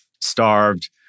starved